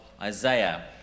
Isaiah